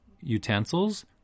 utensils